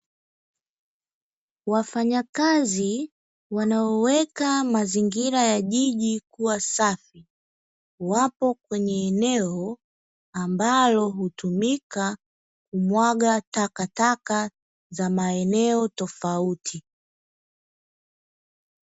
Wafanyakazi wanaoweka mazingira ya jiji kuwa safi; wapo kwenye eneo ambalo hutumika kumwaga takataka za maeneo tofauti.